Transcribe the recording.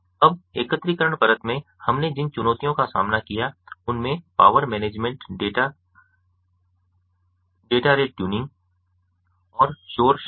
अब एकत्रीकरण परत में हमने जिन चुनौतियों का सामना किया उनमें power management data rate tuning और शोर शामिल हैं